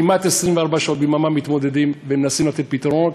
כמעט 24 שעות ביממה מתמודדים ומנסים לתת פתרונות.